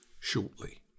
shortly